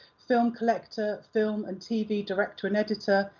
film collector, film and tv director and editor,